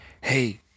hey